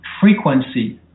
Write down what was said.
frequency